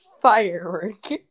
firework